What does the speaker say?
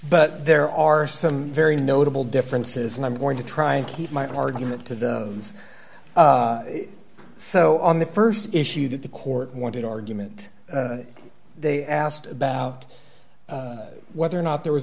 but there are some very notable differences and i'm going to try and keep my argument to those so on the st issue that the court wanted argument they asked about whether or not there was